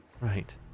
Right